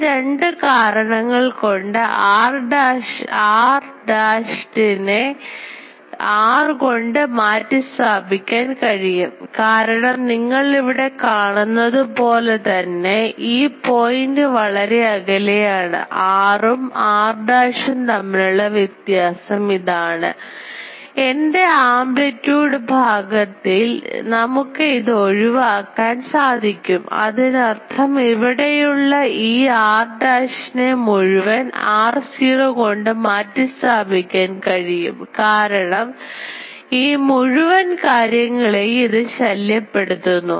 ഈ രണ്ട് കാരണങ്ങൾ കൊണ്ട് r dashed നെ r കൊണ്ട് മാറ്റി സ്ഥാപിക്കാൻ കഴിയും കാരണം നിങ്ങൾ ഇവിടെ കാണുന്നതുപോലെ തന്നെ ഈ പോയിൻറ് വളരെ അകലെയാണു r ഉം r dash ഉം തമ്മിലുള്ള വ്യത്യാസം ഇതാണ് എൻറെ ആംപ്ലിറ്റ്യൂഡു ഭാഗത്തിൽ നമുക്ക് ഇത് ഒഴിവാക്കാൻ സാധിക്കും അതിനർത്ഥം ഇവിടെയുള്ള ഈ r dashed നെ നമുക്ക് r0 കൊണ്ട് മാറ്റി സ്ഥാപിക്കാൻ കഴിയും കാരണം ഈ മുഴുവൻ കാര്യങ്ങളെയും ഇത് ശല്യപ്പെടുത്തുന്നു